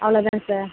அவ்வளோ தான் சார்